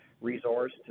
resource